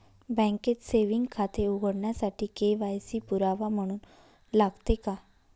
बँकेत सेविंग खाते उघडण्यासाठी के.वाय.सी पुरावा म्हणून लागते का?